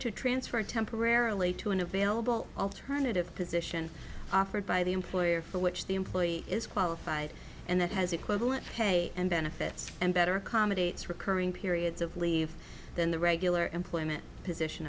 to transfer temporarily to an available alternative position offered by the employer for which the employee is qualified and that has equivalent pay and benefits and better accommodates recurring periods of leave than the regular employment position